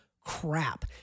crap